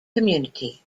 community